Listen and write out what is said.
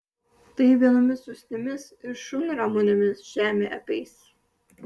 tai vienomis usnimis ir šunramunėmis žemė apeis